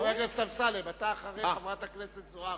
חבר הכנסת אמסלם, אתה אחרי חברת הכנסת זוארץ.